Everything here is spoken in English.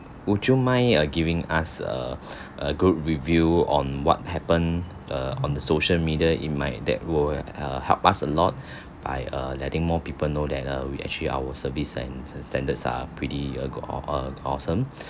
would you mind uh giving us a a good review on what happened err on the social media it might that will err help us a lot by err letting more people know that err we actually our service and standards are pretty uh go~ a~ awe~ uh awesome